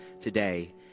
today